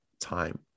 time